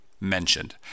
mentioned